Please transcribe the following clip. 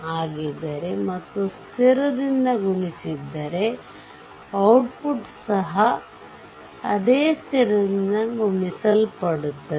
ಆಗಿದ್ದರೆ ಮತ್ತು ಸ್ಥಿರದಿಂದ ಗುಣಿಸಿದ್ದರೆ output ಸಹ ಅದೇ ಸ್ಥಿರದಿಂದ ಗುಣಿಸಲ್ಪಡುತ್ತದೆ